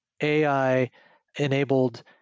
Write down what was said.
AI-enabled